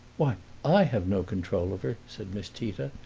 why, i have no control of her, said miss tita.